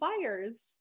flyers